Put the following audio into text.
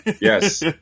Yes